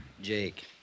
Jake